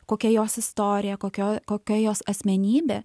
kokia jos istorija kokio kokia jos asmenybė